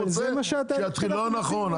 אבל זה מה שאתה --- לא נכון,